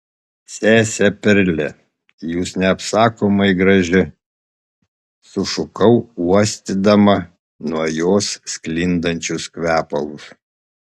sese perle jūs neapsakomai graži sušukau uostydama nuo jos sklindančius kvepalus